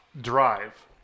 drive